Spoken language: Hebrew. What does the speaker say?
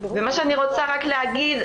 ומה שאני רוצה להגיד,